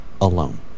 alone